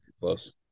Close